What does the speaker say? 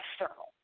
external